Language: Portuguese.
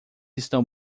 estão